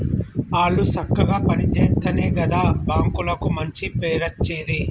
ఆళ్లు సక్కగ పని జేత్తెనే గదా బాంకులకు మంచి పేరచ్చేది